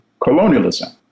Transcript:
colonialism